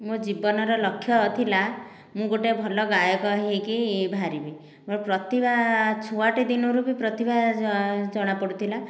ମୋ ଜୀବନର ଲକ୍ଷ୍ୟ ଥିଲା ମୁଁ ଗୋଟିଏ ଭଲ ଗାୟକ ହୋଇକି ବାହାରିବି ମୋ ପ୍ରତିଭା ଛୁଆଟି ଦିନରୁ ବି ପ୍ରତିଭା ଜଣାପଡ଼ୁଥିଲା